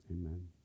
Amen